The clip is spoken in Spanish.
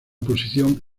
posición